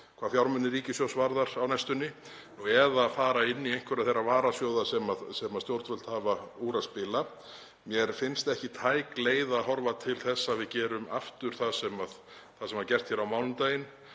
hvað fjármuni ríkissjóðs varðar á næstunni eða fara í einhverja þá varasjóði sem stjórnvöld hafa úr að spila. Mér finnst ekki tæk leið að horfa til þess að við gerum aftur það sem var gert hér á mánudaginn,